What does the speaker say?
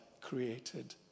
created